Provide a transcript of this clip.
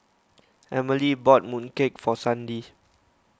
Emilee bought mooncake for Sandi